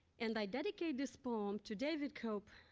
and i dedicate this poem to david cope,